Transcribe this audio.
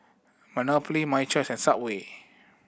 Monopoly My Choice and Subway